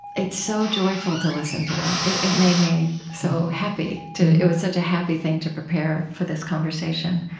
it's so joyful to listen to that. it it made me so happy to it was such a happy thing to prepare for this conversation.